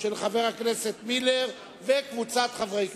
של חבר הכנסת מילר וקבוצת חברי הכנסת.